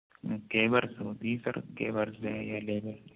نہیں کیبرس ہوتی ہے سر کیبرس یا لیبرس